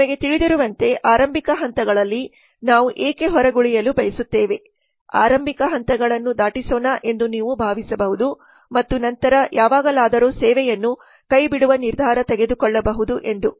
ನಿಮಗೆ ತಿಳಿದಿರುವಂತೆ ಆರಂಭಿಕ ಹಂತಗಳಲ್ಲಿ ನಾವು ಏಕೆ ಹೊರಗುಳಿಯಲು ಬಯಸುತ್ತೇವೆ ಆರಂಭಿಕ ಹಂತಗಳನ್ನು ದಾಟಿಸೋಣ ಎಂದು ನೀವು ಭಾವಿಸಬಹುದು ಮತ್ತು ನಂತರ ನಾವು ಯಾವಾಗಲಾದರೂ ಸೇವೆಯನ್ನು ಕೈಬಿಡುವ ನಿರ್ಧಾರ ತೆಗೆದುಕೊಳ್ಳಬಹುದು ಎಂದು